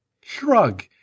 Shrug